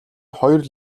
хоёр